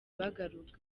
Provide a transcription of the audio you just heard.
bagaruka